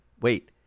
Wait